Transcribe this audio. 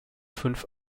fünf